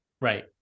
Right